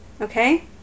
Okay